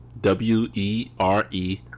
W-E-R-E